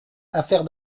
affaire